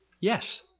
Yes